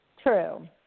True